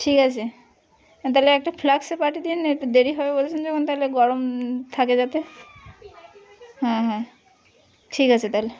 ঠিক আছে তাহলে একটা ফ্লাস্কে পাঠিয়ে দিন একটু দেরি হবে বলছেন যখন তাহলে গরম থাকে যাতে হ্যাঁ হ্যাঁ ঠিক আছে তাহলে